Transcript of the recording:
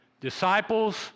Disciples